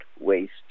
waste